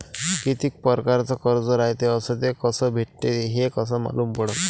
कितीक परकारचं कर्ज रायते अस ते कस भेटते, हे कस मालूम पडनं?